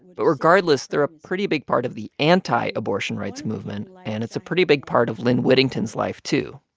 but regardless, they're a pretty big part of the anti-abortion rights movement. and it's a pretty big part of lyn whittington's life, too